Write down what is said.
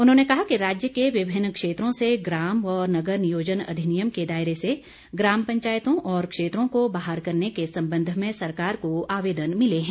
उन्होंने कहा कि राज्य के विभिन्न क्षेत्रों से ग्रम व नगर नियोजन अधिनियम के दायरे से ग्राम पंचायतों और क्षेत्रों को बाहर करने के संबंध में सरकार को आवेदन मिले हैं